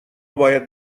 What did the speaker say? باید